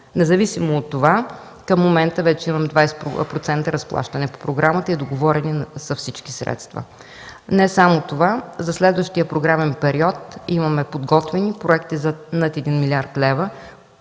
Независимо от това към момента вече имам 20% разплащане по програмата и са договорени почти всички средства. Не само това. За следващия програмен период имаме подготвени проекти за над 1 млрд. лв.